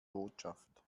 botschaft